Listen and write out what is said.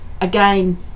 again